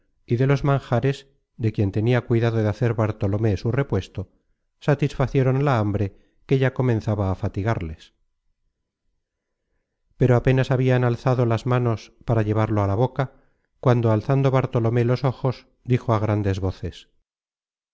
y de los manjares de quien tenia cuidado de hacer bartolomé su repuesto satisfacieron la hambre que ya comenzaba á fatigarles pero apenas habian alzado las manos para llevarlo a la boca cuando alzando bartolomé los ojos dijo á grandes voces